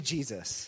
Jesus